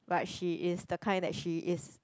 but she is the kind that she is